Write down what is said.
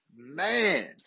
Man